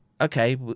Okay